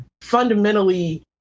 fundamentally